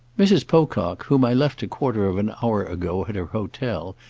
mrs. pocock, whom i left a quarter of an hour ago at her hotel,